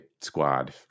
squad